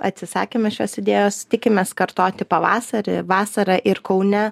atsisakėme šios idėjos tikimės kartoti pavasarį vasarą ir kaune